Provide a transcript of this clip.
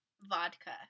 vodka